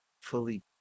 fully